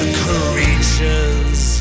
creatures